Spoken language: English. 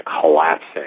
collapsing